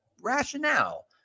rationale